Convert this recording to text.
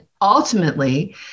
ultimately